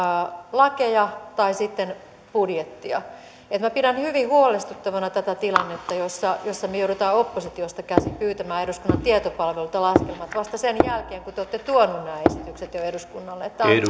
lakeja tai sitten budjettia pidän hyvin huolestuttavana tätä tilannetta jossa jossa me joudumme oppositiosta käsin pyytämään eduskunnan tietopalvelulta laskelmat vasta sen jälkeen kun te olette tuoneet nämä esitykset jo eduskunnalle tämä on